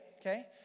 okay